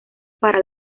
para